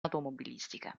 automobilistica